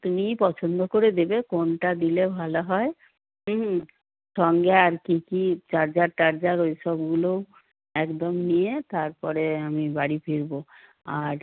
গিয়ে তুমিই পছন্দ করে দেবে কোনটা দিলে ভালো হয় সঙ্গে আর কি কি চার্জার চার্জার ওই সবগুলোও একদম নিয়ে তারপরে আমি বাড়ি ফিরবো আর